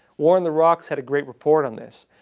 war on the rocks had a great report on this.